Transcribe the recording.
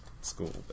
school